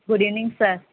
hello good evening sir